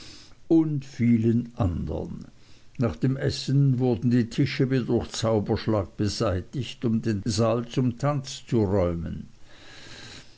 und vielen andern nach dem essen wurden die tische wie durch zauberschlag beseitigt um den saal zum tanze zu räumen